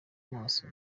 maso